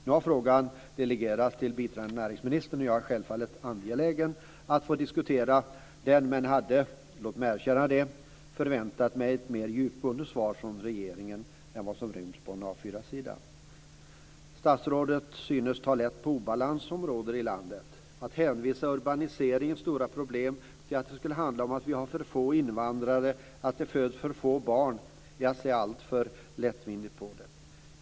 Nu har frågan delegerats till biträdande näringsministern och jag är självfallet angelägen att få diskutera den med statsrådet, men jag hade - låt mig erkänna det - förväntat mig ett mera djupgående svar från regeringen än vad som ryms på en A4-sida. Statsrådet synes ta lätt på den obalans som råder i landet. Att hänvisa urbaniseringens stora problem till att det skulle handla om att vi har för få invandrare eller att det föds för få barn är att se alltför lättvindigt på saken.